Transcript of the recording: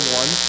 one